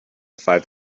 five